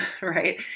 Right